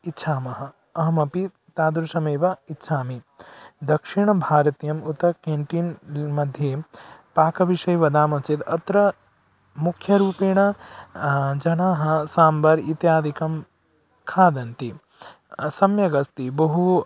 इच्छामः अहमपि तादृशमेव इच्छामि दक्षिणभारतीयम् उत क्याण्टीन्मध्ये पाकविषये वदामः चेत् अत्र मुख्यरूपेण जनाः साम्बार् इत्यादिकं खादन्ति सम्यगस्ति बहु